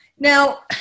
Now